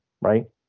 right